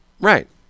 Right